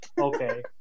Okay